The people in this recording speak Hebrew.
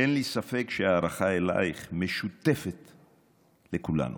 אין לי ספק שההערכה אלייך משותפת לכולנו.